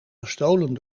gestolen